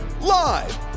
Live